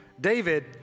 David